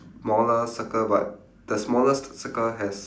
smaller circle but the smallest circle has